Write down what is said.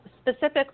specific